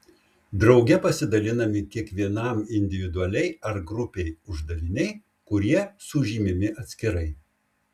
drauge pasidalinami kiekvienam individualiai ar grupei uždaviniai kurie sužymimi atskirai